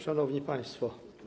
Szanowni Państwo!